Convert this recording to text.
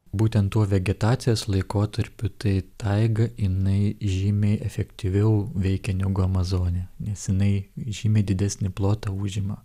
būtent tuo vegetacijos laikotarpiu tai taigą jinai žymiai efektyviau veikia negu amazonę nes jinai žymiai didesnį plotą užima